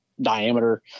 diameter